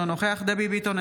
אינו נוכח דבי ביטון,